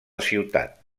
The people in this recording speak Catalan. ciutat